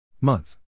month